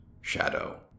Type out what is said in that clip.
Shadow